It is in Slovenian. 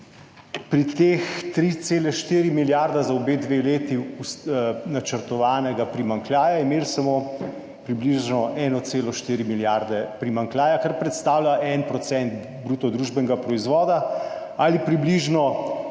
pri teh 3,4 milijarde za obe leti načrtovanega primanjkljaja, imeli smo približno 1,4 milijarde primanjkljaja, kar predstavlja 1 % bruto družbenega proizvoda ali približno